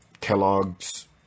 Kellogg's